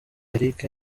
eric